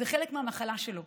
זה חלק מהמחלה שלו,